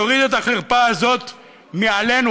יוריד את החרפה הזאת מעלינו,